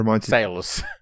sales